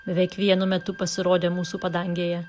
beveik vienu metu pasirodė mūsų padangėje